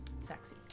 sexy